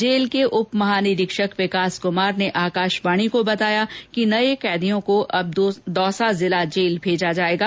jail के उप महानिरीक्षक विकास कुमार ने आकाशवाणी को बताया कि नये कैदियों को अब दौसा जिला जेल में भेजा जायेगा